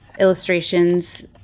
illustrations